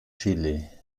chile